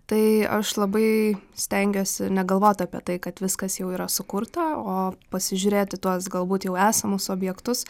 tai aš labai stengiuosi negalvot apie tai kad viskas jau yra sukurta o pasižiūrėti tuos galbūt jau esamus objektus